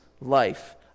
life